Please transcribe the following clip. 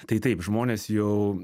tai taip žmonės jau